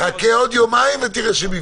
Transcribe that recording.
חכה עוד יומיים ותראה שהם הבינו.